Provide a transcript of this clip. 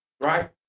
Right